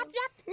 um yep.